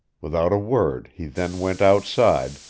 without a word he then went outside,